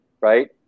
right